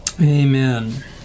Amen